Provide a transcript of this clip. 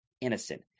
innocent